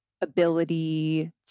ability